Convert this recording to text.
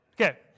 okay